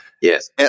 Yes